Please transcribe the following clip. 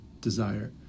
desire